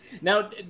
now